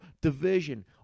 division